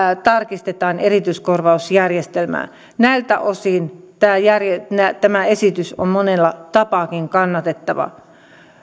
tarkistetaan erityiskorvausjärjestelmää näiltä osin tämä esitys on monellakin tapaa kannatettava